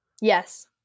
Yes